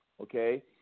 okay